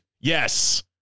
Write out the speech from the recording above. Yes